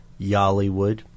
Yollywood